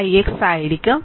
4 r ix ആയിരിക്കും